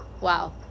Wow